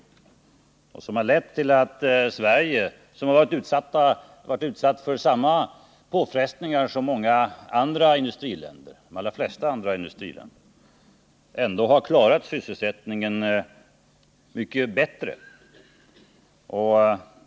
Den politiken har lett till att Sverige, som varit utsatt för samma påfrestningar som de allra flesta andra industriländer, ändå har klarat sysselsättningen mycket bättre.